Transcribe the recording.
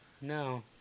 No